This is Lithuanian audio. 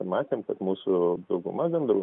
matėm kad mūsų dauguma gandrų